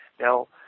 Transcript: Now